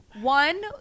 One